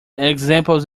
examples